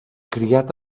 criat